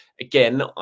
again